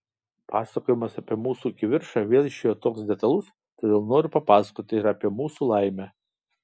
pasakojimas apie mūsų kivirčą vėl išėjo toks detalus todėl noriu papasakoti ir apie mūsų laimę